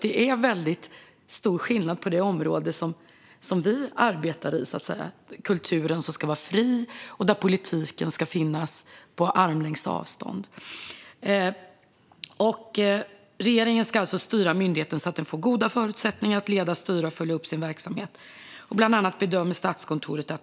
Det är nämligen stor skillnad på det område som vi arbetar inom, kulturen. Den ska vara fri, och politiken ska finnas på armlängdsavstånd. "Regeringen ska styra myndigheten så att den får goda förutsättningar att leda, styra och följa upp sin verksamhet."